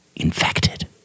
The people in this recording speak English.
Infected